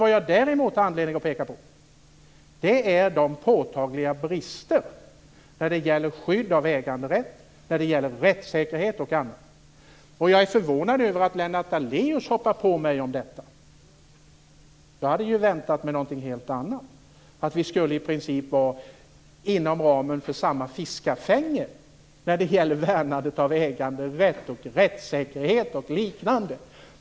Vad jag däremot har anledning att peka på är de påtagliga bristerna när de gäller skydd av äganderätt, rättssäkerhet och annat. Jag är förvånad över att Lennart Daléus hoppar på mig om detta. Jag hade väntat mig någonting helt annat, nämligen att vi inom ramen för samma fiskafänge vill värna äganderätt, rättssäkerhet och liknande.